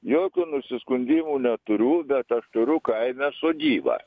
jokių nusiskundimų neturiu bet aš turiu kaime sodybą